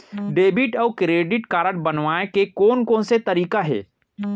Debit अऊ credit card बनवाए के कोन कोन से तरीका हे?